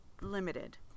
limited